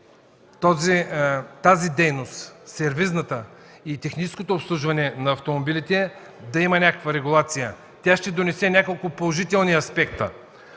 дейност и техническото обслужване на автомобилите да има някаква регулация. Тя ще донесе няколко положителни аспекта.